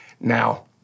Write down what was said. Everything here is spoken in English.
now